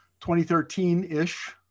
2013-ish